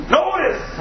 notice